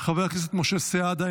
חבר הכנסת משה סעדה,